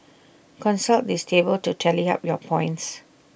consult this table to tally up your points